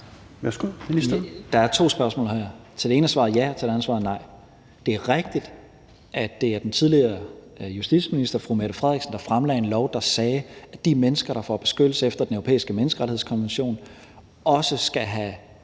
Der er to spørgsmål her. Til det ene er svaret ja, og til det andet er svaret nej. Det er rigtigt, at det er den tidligere justitsminister fru Mette Frederiksen, der fremlagde en lov, der sagde, at de mennesker, der får beskyttelse efter Den Europæiske Menneskerettighedskonvention, også skal have